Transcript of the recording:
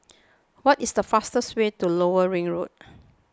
what is the fastest way to Lower Ring Road